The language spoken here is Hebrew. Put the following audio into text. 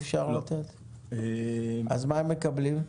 אז מה הם מקבלים?